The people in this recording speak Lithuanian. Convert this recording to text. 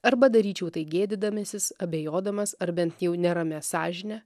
arba daryčiau tai gėdydamasis abejodamas ar bent jau neramia sąžine